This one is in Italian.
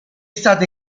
stata